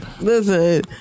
Listen